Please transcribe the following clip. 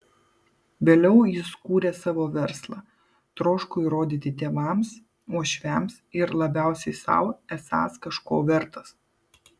vėliau jis kūrė savo verslą troško įrodyti tėvams uošviams ir labiausiai sau esąs kažko vertas